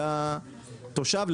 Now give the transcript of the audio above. לתושב,